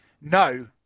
no